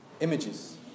images